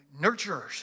nurturers